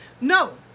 No